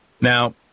Now